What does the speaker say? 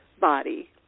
body